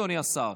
אדוני השר?